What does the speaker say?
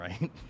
right